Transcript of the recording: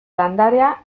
landarea